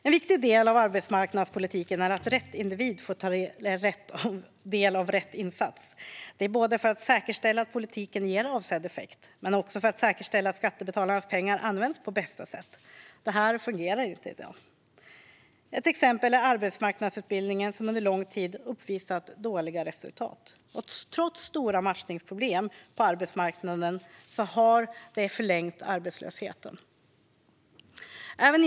En viktig del i arbetsmarknadspolitiken är att rätt individ får ta del av rätt insats för att säkerställa både att politiken ger avsedd effekt och att skattebetalarnas pengar används på bästa sätt. Det här fungerar inte i dag. Ett exempel är arbetsmarknadsutbildningen, som under lång tid uppvisat dåliga resultat. Trots stora matchningsproblem på arbetsmarknaden har detta förlängt arbetslösheten.